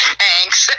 thanks